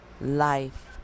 life